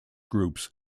groups